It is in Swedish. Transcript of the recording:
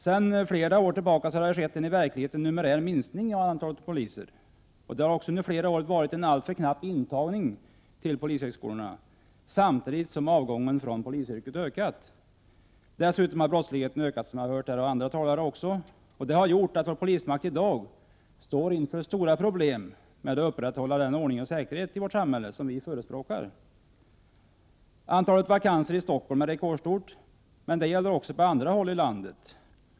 Sedan flera år tillbaka har det skett en numerär minskning av antalet poliser. Det har också under flera år varit en alltför knapp intagning till polishögskolorna, samtidigt som avgången från polisyrket ökat. Dessutom har brottsligheten ökat, som vi har hört även från andra talare i dag. Detta har gjort att vår polismakt i dag står inför stora problem när det gäller att upprätthålla den ordning och säkerhet i samhället som vi förespråkar. Antalet vakanser i Stockholm är rekordstort. Men det gäller också på andra håll i landet.